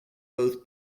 both